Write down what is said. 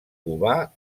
covar